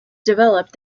developed